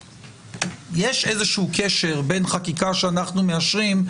יש איזשהו קשר בין חקיקה שאנחנו מאשרים,